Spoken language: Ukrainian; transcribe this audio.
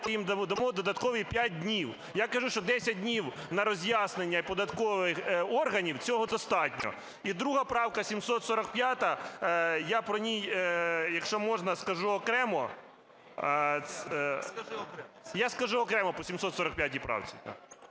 Я скажу окремо по 745 правці.